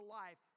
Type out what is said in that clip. life